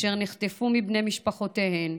אשר נחטפו מבני משפחותיהן,